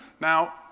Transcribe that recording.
Now